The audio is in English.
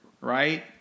Right